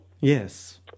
Yes